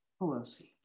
Pelosi